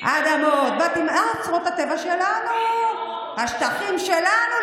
אדמות, בתים, אוצרות הטבע שלנו, השטחים שלנו.